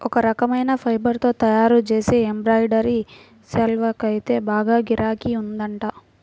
ఒక రకమైన ఫైబర్ తో తయ్యారుజేసే ఎంబ్రాయిడరీ శాల్వాకైతే బాగా గిరాకీ ఉందంట